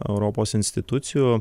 europos institucijų